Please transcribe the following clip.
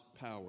power